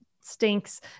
stinks